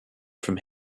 from